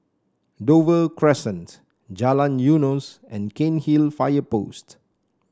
Dover Crescent Jalan Eunos and Cairnhill Fire Post